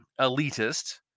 elitist